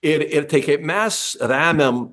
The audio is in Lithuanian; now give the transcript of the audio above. ir ir tai kaip mes remiam